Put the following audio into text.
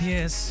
Yes